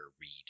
read